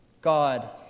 God